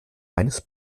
eines